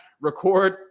record